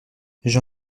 j’ai